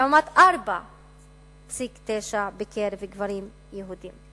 לעומת 4.9 בקרב גברים יהודים.